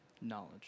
knowledge